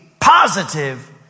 positive